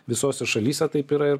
visose šalyse taip yra ir